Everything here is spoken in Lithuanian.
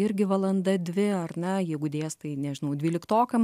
irgi valanda dvi ar ne jeigu dėstai nežinau dvyliktokam